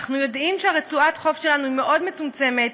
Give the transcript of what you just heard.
אנחנו יודעים שרצועת החוף שלנו מאוד מצומצמת,